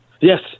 Yes